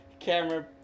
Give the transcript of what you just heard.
Camera